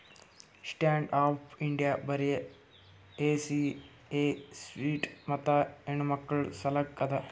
stand up India ಬರೆ SC ST ಮತ್ತ ಹೆಣ್ಣಮಕ್ಕುಳ ಸಲಕ್ ಅದ